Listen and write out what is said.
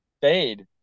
fade